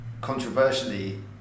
controversially